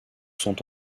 sont